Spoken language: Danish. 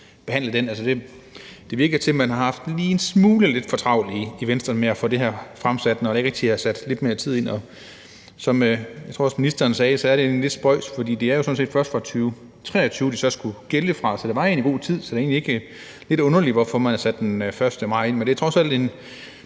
behandle det. Altså, det virker til, at man har haft lige en smule for travlt i Venstre med at få det her fremsat, når der ikke er sat lidt mere tid af. Som ministeren også sagde, tror jeg, er det egentlig lidt spøjst, for det er jo sådan set først fra 2023, det så skulle gælde fra, så der var egentlig god tid, så det er egentlig lidt underligt, hvorfor man har sat den 1. maj ind. Men det er trods alt en